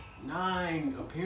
Nine